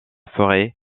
forêt